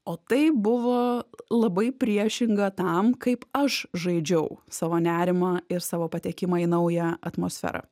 o tai buvo labai priešinga tam kaip aš žaidžiau savo nerimą ir savo patekimą į naują atmosferą